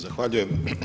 Zahvaljujem.